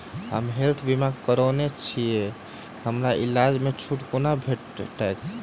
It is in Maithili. हम हेल्थ बीमा करौने छीयै हमरा इलाज मे छुट कोना भेटतैक?